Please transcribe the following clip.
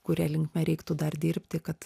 kuria linkme reiktų dar dirbti kad